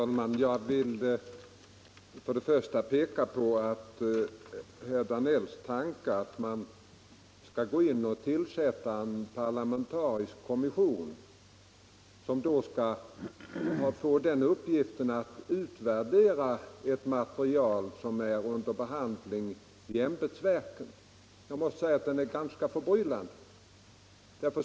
Herr talman! Först och främst vill jag säga att herr Danells tanke att tillsätta en parlamentarisk kommission med uppgift att utvärdera ett material som är under behandling i ämbetsverken är ganska förbryllande.